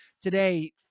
today